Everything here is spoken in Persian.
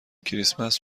کریسمس